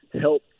help